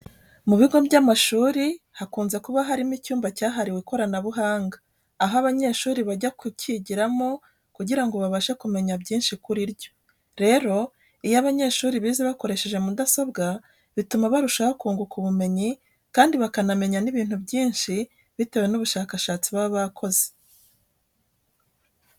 Mu bigo by'amashuri hakunze kuba harimo icyumba cyahariwe ikoranabuhanga aho abanyeshuri bajya kucyigiramo kugira ngo babashe kumenya byinshi kuri ryo. Rero iyo abanyeshuri bize bakoresha mudasobwa bituma barushaho kunguka ubumenyi kandi bakanamenya n'ibintu byinshi bitewe n'ubushakashatsi baba bakoze.